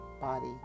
body